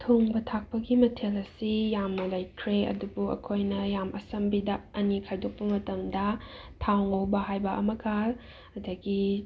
ꯊꯣꯡꯕ ꯊꯥꯛꯄꯒꯤ ꯃꯊꯦꯜ ꯑꯁꯤ ꯌꯥꯝꯅ ꯂꯩꯈ꯭ꯔꯦ ꯑꯗꯨꯕꯨ ꯑꯩꯈꯣꯏꯅ ꯌꯥꯝ ꯑꯁꯝꯕꯤꯗ ꯑꯅꯤ ꯈꯥꯏꯗꯣꯛꯄ ꯃꯇꯝꯗ ꯊꯥꯎ ꯉꯧꯕ ꯍꯥꯏꯕ ꯑꯃꯒ ꯑꯗꯒꯤ